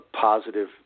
positive